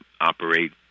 operate